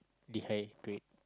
dehydrate